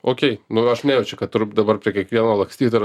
okei nu aš nejaučiu kad tur dabar prie kiekvieno lakstyt ir